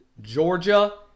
Georgia